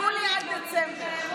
יולי עד דצמבר.